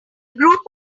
group